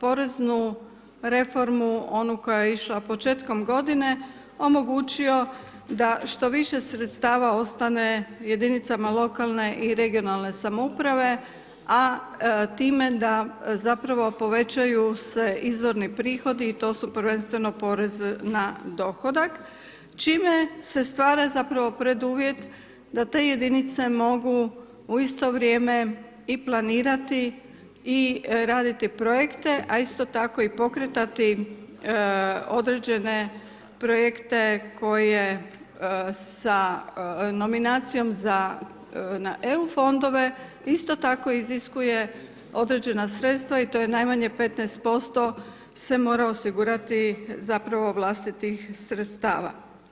poreznu reformu onu koja je išla početkom godine omogućio da što više sredstava ostane jedinicama lokalne i regionalne samouprave a time da zapravo povećaju se izvorni prihodi i to su prvenstveno porez na dohodak čime se stvara zapravo preduvjet da te jedinice mogu u isto vrijeme i planirati i raditi projekte a isto tako i pokretati određene projekte koje sa nominacijom na EU fondove isto tako iziskuje određena sredstva i to je najmanje 15% se mora osigurati zapravo vlastitih sredstava.